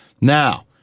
Now